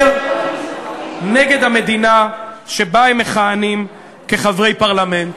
להשמיץ ולדבר נגד המדינה שבה הם מכהנים כחברי פרלמנט,